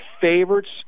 favorites